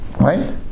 Right